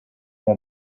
than